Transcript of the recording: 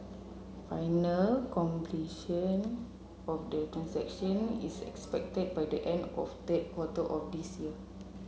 final completion form the transaction is expected by the end of the quarter of this year